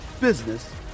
business